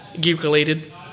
geek-related